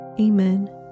Amen